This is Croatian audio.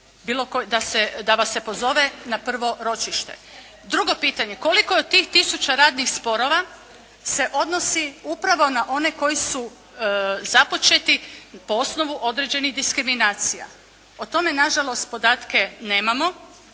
da vas se pozove na prvo ročište. Drugo pitanje, koliko od tih tisuća radnih sporova se odnosi upravo na one koji su započeti po osnovu određenih diskriminacija? O tome nažalost podatke nemamo.